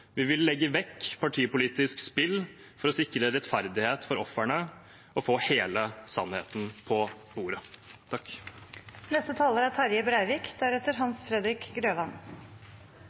Vi vil legge vekk partipolitisk spill for å sikre rettferdighet for ofrene og få hele sannheten på bordet. Nav-skandalen er